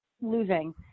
losing